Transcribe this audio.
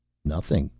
nothing.